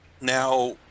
now